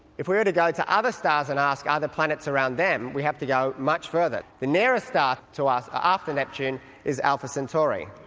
if we were to go to other stars and ask other planets around them, we have to go much farther. the nearest star ah to so us ah after neptune is alpha centauri.